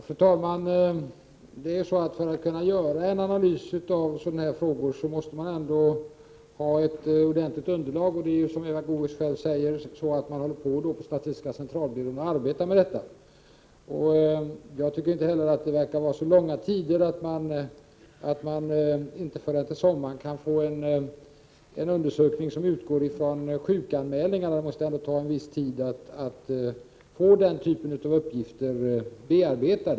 Prot. 1988/89:82 Fru talman! För att kunna göra en analys av sådana frågor måste man ha ett 16 mars 1989 ordentligt underlag. Som Eva Goés själv säger arbetar man med detta på Om det ökade aritalet statistiska centralbyrån: Jag tycker inte att det verkar varå så långa perioder — dölsfalli december. att man inte förrän till sommaren kan få en undersökning som utgår från 1988 sjukanmälningarna. Det tar en viss tid att få den typen av uppgifter bearbetade.